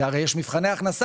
כי הרי יש מבחני הכנסה.